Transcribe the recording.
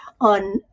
on